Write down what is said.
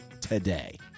today